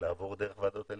משתמש בתאים ולא בתאי